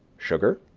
sugar.